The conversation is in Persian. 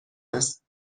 است